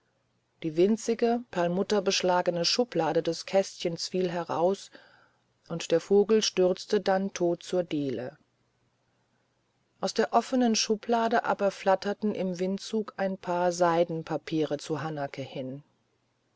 die winzige perlmutterbeschlagene schublade des kästchens fiel heraus und der vogel stürzte dann tot zur diele aus der offenen schublade aber flatterten im windzug ein paar seidenpapiere zu hanake hin